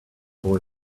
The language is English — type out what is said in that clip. boy